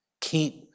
Keep